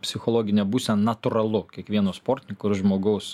psichologinė būsena natūralu kiekvieno sportininko žmogaus